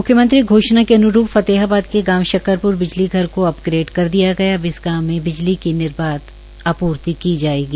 म्ख्यमंत्री घोषणा के अन्रूप फतेहाबाद के गांव शक्करप्र बिजली घर को अपग्रेड कर दिया गया है अब इस गांव में बिजली की निर्बाध आपूर्ति की जायेगी